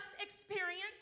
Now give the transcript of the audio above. experience